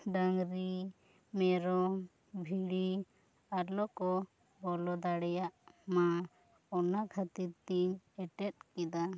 ᱰᱟᱝᱨᱤ ᱢᱮᱨᱚᱢ ᱵᱷᱤᱲᱤ ᱟᱞᱚ ᱠᱚ ᱵᱚᱞᱚ ᱫᱟᱲᱮᱭᱟᱜᱼᱢᱟ ᱚᱱᱟ ᱠᱷᱟᱹᱛᱤᱨ ᱛᱤᱧ ᱮᱴᱮᱫ ᱠᱮᱫᱟ